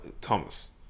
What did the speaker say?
Thomas